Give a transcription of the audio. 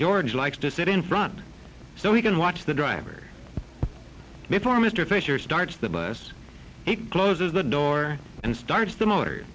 george likes to sit in front so he can watch the driver before mr fischer starts the bus he closes the door and starts